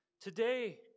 today